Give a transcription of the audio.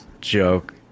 joke